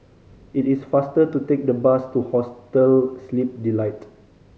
it is faster to take the bus to Hostel Sleep Delight